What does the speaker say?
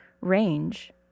range